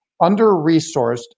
under-resourced